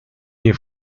nie